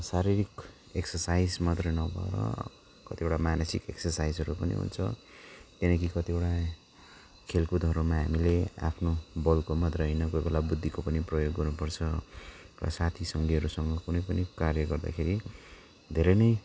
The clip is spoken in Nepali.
शारीरिक एक्सर्साइज मात्रै नभएर कतिवटा मानसिक एक्सर्साइजहरू पनि हुन्छ त्यहाँदेखि कतिवटा खेलकुदहरूमा हामीले आफ्नो बलको मात्रै होइने कोही बेला बुद्धिको पनि प्रयोग गर्नु पर्छ र साथी सङ्गीहरूसँग कुनै पनि कार्य गर्दाखेरि धेरै नै